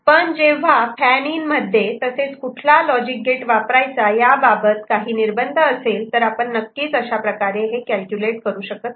पण जेव्हा fan in मध्ये तसेच कुठला लॉजिक गेट वापरायचा याबाबत काही निर्बंध असेल तर आपण नक्कीच अशाप्रकारे हे कॅल्क्युलेट करू शकत नाही